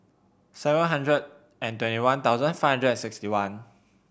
seven hundred and twenty one thousand five hundred and sixty one